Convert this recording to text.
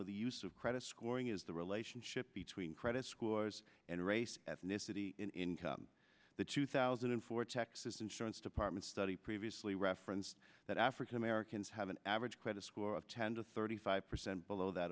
with the use of credit scoring is the relationship between credit scores and race ethnicity income the two thousand and four texas insurance department study previously reference that african americans have an average credit score of ten to thirty five percent below that